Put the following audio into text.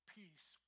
peace